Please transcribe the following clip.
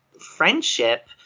friendship